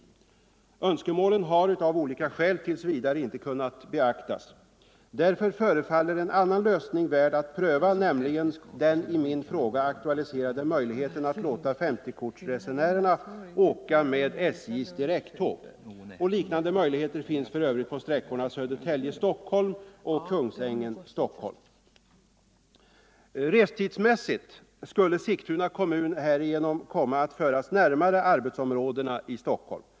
Önskemålen har av olika skäl tills vidare Nr 122 inte kunnat beaktas. Därför förefaller en annan lösning värd att prövas, Torsdagen den nämligen den i min fråga aktualiserade möjligheten att låta 50-korts — 14 november 1974 resenärerna åka med SJ:s direkttåg. Liknande möjligheter finns för övrigt på sträckorna Södertälje-Stockholm och Kungsängen-Stockholm. Ång. planerad Restidsmässigt skulle Sigtuna kommun härigenom komma att föras indragning av närmare arbetsområdena i Stockholm.